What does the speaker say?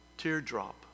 Teardrop